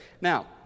now